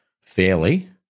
fairly